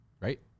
right